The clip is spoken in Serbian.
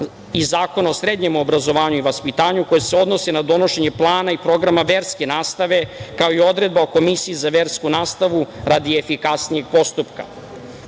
i Zakona o srednjem obrazovanju i vaspitanju, koje se odnosi na donošenje plana i programa verske nastave, kao i odredba o komisiji za versku nastavu radi efikasnijeg postupka.U